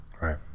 Right